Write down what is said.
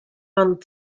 ond